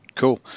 Cool